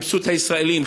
חיפשו את הישראלים,